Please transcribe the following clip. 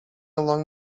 along